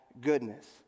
goodness